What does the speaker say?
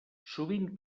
sovint